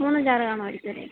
മൂന്ന് ജാറ് കാണുവായിരിക്കും അല്ലേ